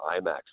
IMAX